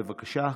בבקשה.